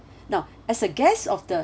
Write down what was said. now as a guest of the